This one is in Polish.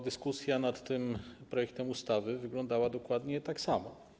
Dyskusja nad tym projektem ustawy wyglądała dokładnie tak samo.